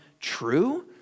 true